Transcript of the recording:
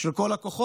של כל הכוחות,